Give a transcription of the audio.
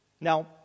Now